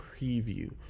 preview